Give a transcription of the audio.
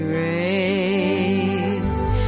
raised